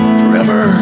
forever